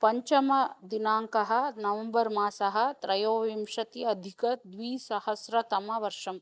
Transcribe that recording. पञ्चमदिनाङ्कः नवम्बर् मासः त्रयोविंशत्यधिक द्विसहस्रतमवर्षम्